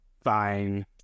fine